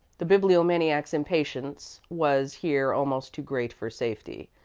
the bibliomaniac's impatience was here almost too great for safety,